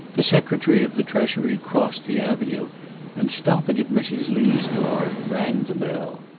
the secretary of the treasury crossed the avenue and stopping at mrs. lee's door, rang the bell.